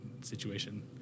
situation